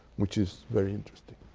which is very interesting.